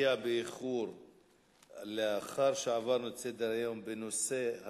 נעבור להצעה לסדר-היום בנושא: